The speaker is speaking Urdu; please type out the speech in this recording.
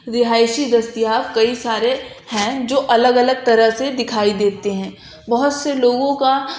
رہائشی دستیاب کئی سارے ہیں جو الگ الگ طرح سے دکھائی دیتے ہیں بہت سے لوگوں کا